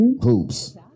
hoops